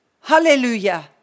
Hallelujah